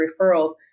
referrals